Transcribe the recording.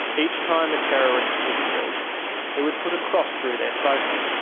each time a terrorist was killed he would put a cross through their photo.